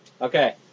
Okay